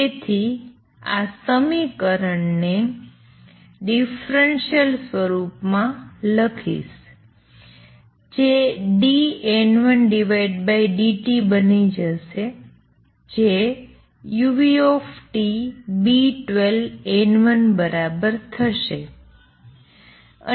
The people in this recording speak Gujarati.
તેથી હું આ સમીકરણને ડિફ્રંશ્યલ સ્વરૂપમાં લખીશ જે dN1dt બની જશે જે uTB12N1 બરાબર થશે